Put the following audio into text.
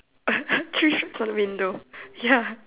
three stripes on the window ya